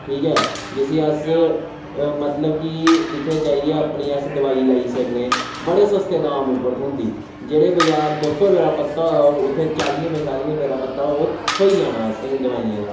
ठीक ऐ जिसी अस मतलब कि जित्थै जाइयै अस अपनी दवाई लाई सकने बड़े सस्ते दाम उप्पर थोंह्दी जेह्ड़ा बजार दो सौ रपेऽ दा पता उत्थै चालियें पंजतालियें रपेऽ दा पता ओह् थोह्ई आना असेंगी दवाइयें दा